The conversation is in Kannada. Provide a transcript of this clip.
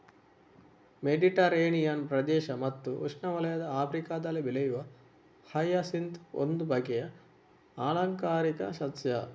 ಮೆಡಿಟರೇನಿಯನ್ ಪ್ರದೇಶ ಮತ್ತು ಉಷ್ಣವಲಯದ ಆಫ್ರಿಕಾದಲ್ಲಿ ಬೆಳೆಯುವ ಹಯಸಿಂತ್ ಒಂದು ಬಗೆಯ ಆಲಂಕಾರಿಕ ಸಸ್ಯ